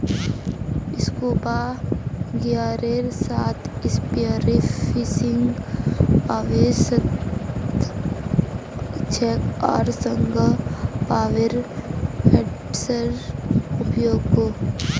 scuba गियरेर साथ spearfishing अवैध छेक आर संगह पावर हेड्सेर उपयोगो